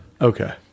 Okay